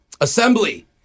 Assembly